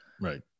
Right